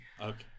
okay